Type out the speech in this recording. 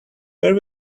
where